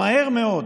מהר מאוד